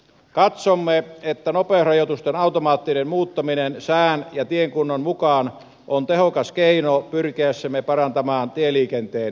katsomme että nopeusrajoitusten automaattinen muuttaminen sään ja tien kunnon mukaan on tehokas keino pyrkiessämme parantamaan tieliikenteen turvallisuutta